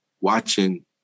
watching